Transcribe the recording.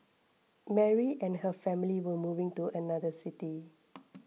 Mary and her family were moving to another city